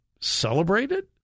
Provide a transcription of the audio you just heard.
celebrated